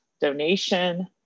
donation